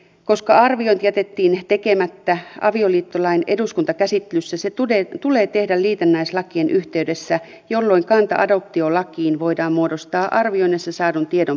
koska arviointi jätettiin tekemättä avioliittolain eduskuntakäsittelyssä se tulee tehdä liitännäislakien yhteydessä jolloin kanta adoptiolakiin voidaan muodostaa arvioinneissa saadun tiedon pohjalta